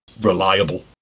reliable